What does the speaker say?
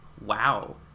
wow